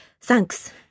Thanks